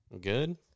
Good